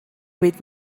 bit